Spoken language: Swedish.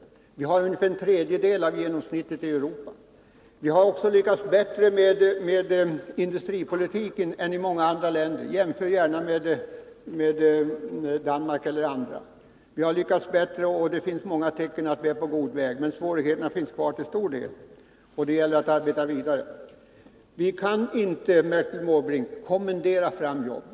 Vi har en arbetslöshet som är ungefär en tredjedel av genomsnittet i Europa. Vi har lyckats bättre med industripolitiken än många andra länder. Jämför gärna med t.ex. Danmark! Vi har alltså lyckats bättre än de flesta, och det finns många tecken som tyder på att vi är på god väg att nå bra resultat. Men svårigheterna finns till stor del kvar, och det gäller att arbeta vidare. Vi kan inte, Bertil Måbrink, kommendera fram jobb.